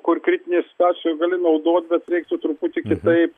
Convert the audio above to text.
kur kritinėj situacijoj gali naudoti bet reiktų truputį kitaip